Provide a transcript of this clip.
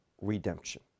redemption